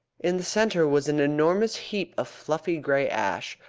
in the centre was an enormous heap of fluffy grey ash,